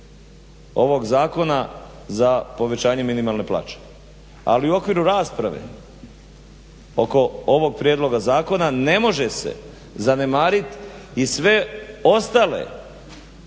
ovog zakona za povećanje minimalne plaće, ali u okviru rasprave oko ovog prijedloga zakona ne može se zanemarit i sve ostale